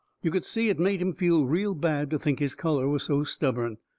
you could see it made him feel real bad to think his colour was so stubborn.